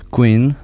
Queen